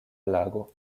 lago